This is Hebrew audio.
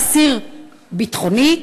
אסיר ביטחוני,